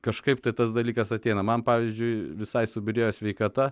kažkaip tai tas dalykas ateina man pavyzdžiui visai subyrėjo sveikata